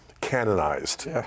canonized